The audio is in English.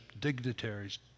dignitaries